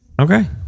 Okay